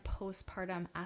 postpartum